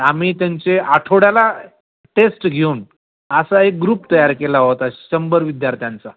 आम्ही त्यांची आठवड्याला टेस्ट घेऊन असा एक ग्रूप तयार केला होता श् शंभर विद्यार्थ्यांचा